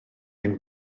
ein